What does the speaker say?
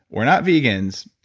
we're not vegans,